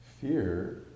fear